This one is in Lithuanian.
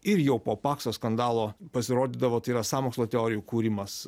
ir jau po pakso skandalo pasirodydavo tai yra sąmokslo teorijų kūrimas